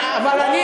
אבל אני